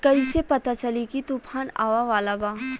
कइसे पता चली की तूफान आवा वाला बा?